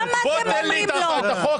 תן לי את החוק.